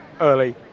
early